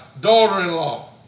daughter-in-law